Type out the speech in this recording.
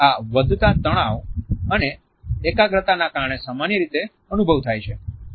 આ વધતા તણાવ અને એકાગ્રતાના કારણે સામાન્ય રીતે અનુભવ થાય છે